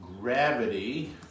gravity